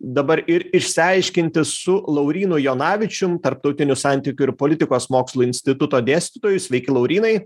dabar ir išsiaiškinti su laurynu jonavičium tarptautinių santykių ir politikos mokslų instituto dėstytoju sveiki laurynai